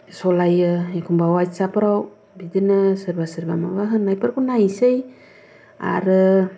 सलायो एखमब्ला अवाट्सएपफ्राव बिदिनो सोरबा सोरबा माबा होननाय फोरखौ नायसै आरो